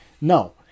no